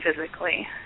physically